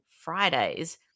Fridays